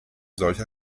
solcher